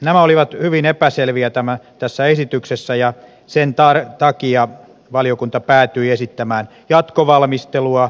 nämä olivat hyvin epäselviä tässä esityksessä ja sen takia valiokunta päätyi esittämään jatkovalmistelua